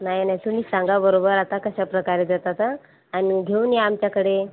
नाही नाही तुम्हीच सांगा बरोबर आता कशा प्रकारे देता तर आणि घेऊन या आमच्याकडे